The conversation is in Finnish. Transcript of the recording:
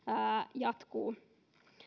jatkuu